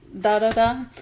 Da-da-da